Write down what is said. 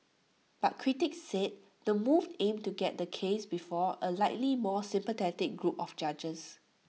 but critics said the move aimed to get the case before A likely more sympathetic group of judges